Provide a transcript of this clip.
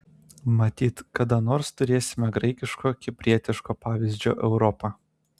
matyt kada nors turėsime graikiško kiprietiško pavyzdžio europą